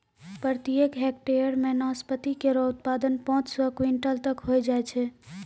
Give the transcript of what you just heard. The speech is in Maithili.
प्रत्येक हेक्टेयर म नाशपाती केरो उत्पादन पांच सौ क्विंटल तक होय जाय छै